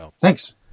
Thanks